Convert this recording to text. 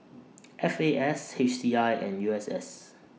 F A S H C I and U S S